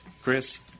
Chris